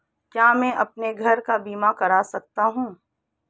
क्या मैं अपने घर का बीमा करा सकता हूँ?